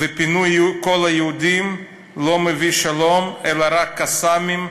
ופינוי כל היהודים לא מביאים שלום אלא רק "קסאמים",